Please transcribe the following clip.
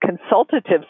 consultative